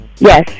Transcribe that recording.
Yes